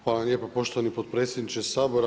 Hvala vam lijepa poštovani potpredsjedniče Sabora.